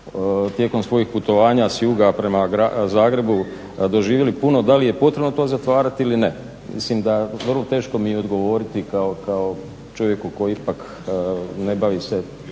tijekom svojih putovanja s juga prema Zagrebu doživjeli puno. Da li je potrebno to zatvarati ili ne? Mislim da vrlo teško mi je odgovoriti kao čovjeku koji ipak ne bavi se,